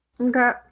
Okay